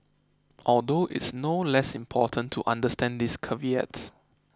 although it's no less important to understand these caveats